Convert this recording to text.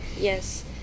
Yes